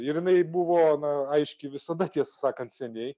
ir jinai buvo na aiški visada tiesą sakant seniai